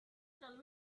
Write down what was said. shall